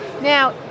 Now